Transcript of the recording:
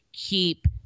keep